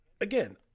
again